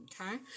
okay